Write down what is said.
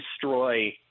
destroy